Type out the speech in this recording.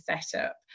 setup